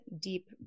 deep